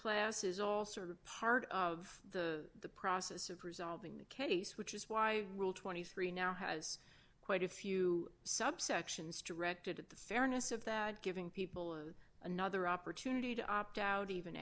class is all sort of part of the process of resolving the case which is why rule twenty three dollars now has quite a few subsections directed at the fairness of that giving people another opportunity to opt out even